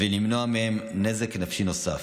ולמנוע מהם נזק נפשי נוסף.